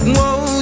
Whoa